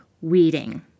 weeding